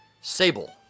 Sable